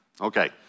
Okay